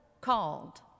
called